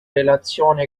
relazione